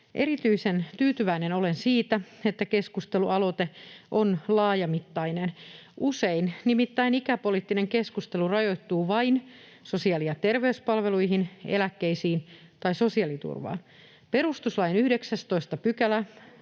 Erityisen tyytyväinen olen siitä, että keskustelualoite on laajamittainen. Usein nimittäin ikäpoliittinen keskustelu rajoittuu vain sosiaali‑ ja terveyspalveluihin, eläkkeisiin tai sosiaaliturvaan. Perustuslain 19 §